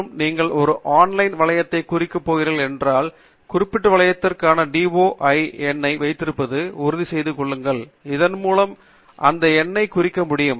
மற்றும் நீங்கள் ஒரு ஆன்லைன் வலயத்தை குறிக்கப் போகிறீர்கள் என்றால் குறிப்பிட்ட வளத்திற்கான டிஒஐ எண்ணை வைத்திருப்பதை உறுதிசெய்து கொள்ளுங்கள் இதன் மூலம் அந்த எண்ணைக் குறிக்க முடியும்